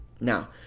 now